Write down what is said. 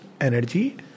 energy